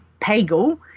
Pagel